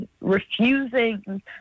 Refusing